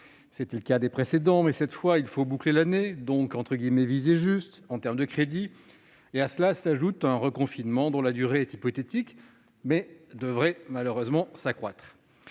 C'était le cas des précédents mais, cette fois, il faut boucler l'année et donc « viser juste » en termes de crédits. À cela s'ajoute un reconfinement dont la durée est hypothétique, mais qui devrait malheureusement s'accroître.